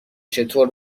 چطور